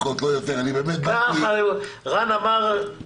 את רן עוד